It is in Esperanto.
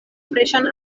freŝan